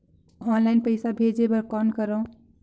Online पईसा भेजे बर कौन करव?